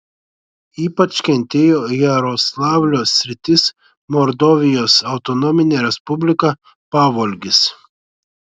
ypač kentėjo jaroslavlio sritis mordovijos autonominė respublika pavolgis